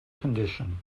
condition